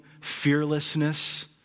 fearlessness